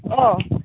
अ